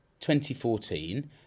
2014